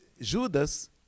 Judas